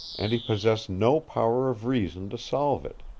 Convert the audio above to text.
and he possessed no power of reason to solve it.